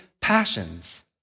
passions